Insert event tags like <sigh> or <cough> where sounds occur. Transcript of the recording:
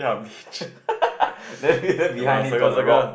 <laughs> then this one behind it got the rock